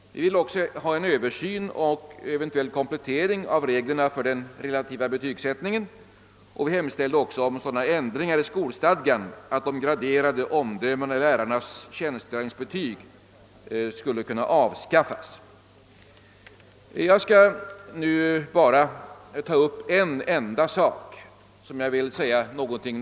Vi anhöll om en Översyn och eventuell komplettering av reglerna för den rela tiva betygsättningen och hemställde slutligen om sådana ändringar i skolstadgan att de graderade omdömena i lärarnas tjänstgöringsbetyg kunde avskaffas. Jag skall nu bara ta upp en enda fråga, som jag närmare vill utveckla.